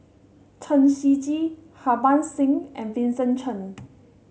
Chen Shiji Harbans Singh and Vincent Cheng